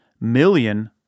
million